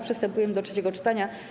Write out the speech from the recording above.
Przystępujemy do trzeciego czytania.